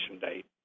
date